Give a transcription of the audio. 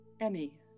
Emmy